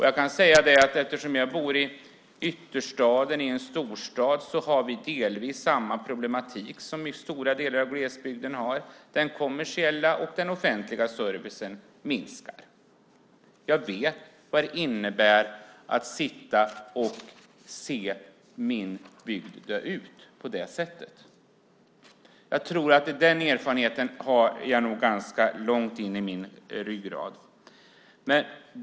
Jag bor i ytterstaden i en storstad, och där har vi delvis samma problematik som stora delar av glesbygden har, att den kommersiella och den offentliga servicen minskar. Jag vet vad det innebär att sitta och se sin bygd dö ut på det sättet. Den erfarenheten har jag ganska långt inne i min ryggrad.